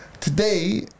today